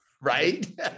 right